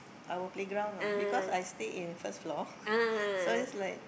our playground lah because I stay at first floor so it's like